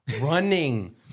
Running